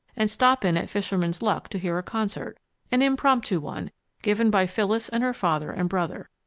and stop in at fisherman's luck to hear a concert an impromptu one given by phyllis and her father and brother.